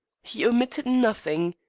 he omitted nothing.